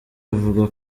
avuga